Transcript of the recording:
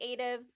creatives